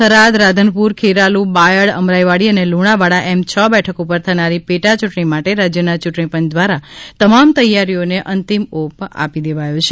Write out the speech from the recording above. થરાદ રાધનપુર ખેરાલુ બાયડ અમરાઈવાડી અને લુણાવાડા એમ છ બેઠકો ઉપર થનારી પેટા ચૂંટણી માટે રાજ્યના ચૂંટણી પંચ દ્વારા તમામ તૈયારીઓને અંતિમ ઓપ આપી દેવાયો છે